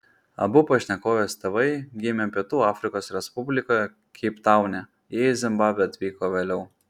abu pašnekovės tėvai gimė pietų afrikos respublikoje keiptaune jie į zimbabvę atvyko vėliau